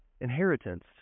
inheritance